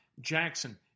Jackson